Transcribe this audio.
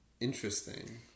Interesting